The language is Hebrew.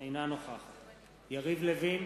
אינה נוכחת יריב לוין,